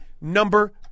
number